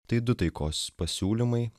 tai du taikos pasiūlymai